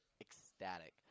ecstatic